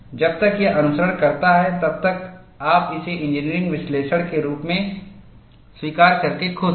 जब तक यह अनुसरण करता है तब तक आप इसे इंजीनियरिंग विश्लेषण के रूप में स्वीकार करके खुश हैं